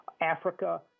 Africa